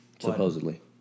supposedly